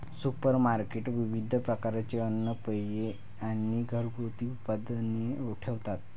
supermarket विविध प्रकारचे अन्न, पेये आणि घरगुती उत्पादने ठेवतात